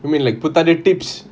I mean like புத்தாண்டு:puthaandu tips